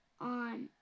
on